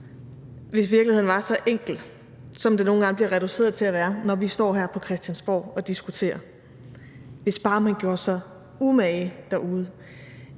hvis virkeligheden var så enkel, som det nogle gange bliver reduceret til at være, når vi står her på Christiansborg og diskuterer, altså hvis man bare gjorde sig umage derude.